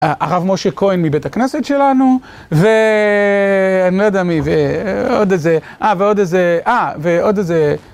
הרב משה כהן מבית הכנסת שלנו, ואני לא יודע מי, ועוד איזה, אה ועוד איזה, אה ועוד איזה.